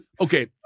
okay